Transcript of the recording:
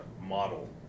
model